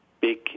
big